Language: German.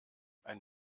ein